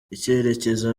icyerecyezo